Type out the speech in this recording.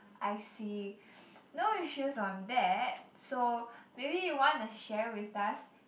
I see no issues on that so maybe you wanna share with us